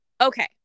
Okay